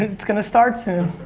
it's gonna start soon.